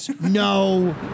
No